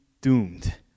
doomed